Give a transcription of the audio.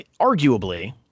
arguably